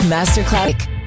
Masterclass